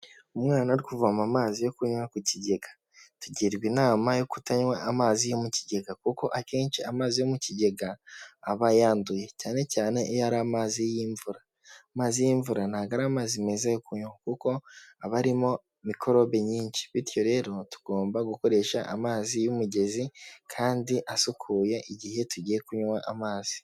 Umwana ari kuvoma amazi yo kunywa ku kigega tugirwa inama yo kutanywa amazi yo mu kigega kuko akenshi amazi yo mu kigega aba yanduye cyane cyane iyo ari amazi y'imvura amazi y'imvura ntamazi meza kuko abarimo mikorobe nyinshi bityo rero tugomba gukoresha amazi y'umugezi kandi asukuye igihe tugiye kunywa amazi.